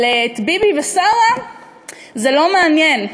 אבל את ביבי ושרה זה לא מעניין,